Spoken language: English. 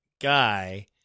guy